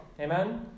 Amen